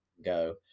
Go